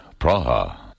Praha